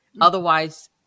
Otherwise